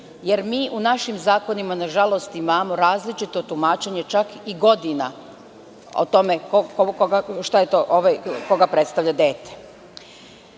dete? Mi u našim zakonima, nažalost, imamo različito tumačenje čak i godina koga predstavlja dete. Moram